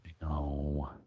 No